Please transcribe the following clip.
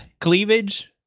cleavage